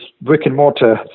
brick-and-mortar